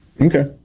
Okay